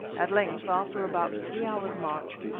at length, after about three hours' march,